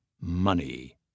money